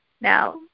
Now